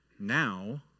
now